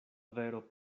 vero